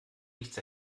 nichts